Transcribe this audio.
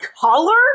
color